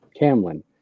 camlin